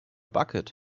bucket